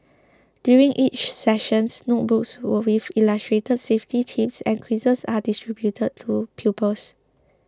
during each sessions notebooks with illustrated safety tips and quizzes are distributed to pupils